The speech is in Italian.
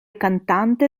cantante